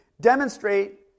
demonstrate